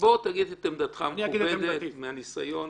בוא תגיד את עמדתך המכובדת מהניסיון,